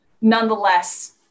Nonetheless